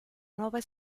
nuova